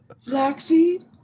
Flaxseed